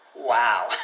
Wow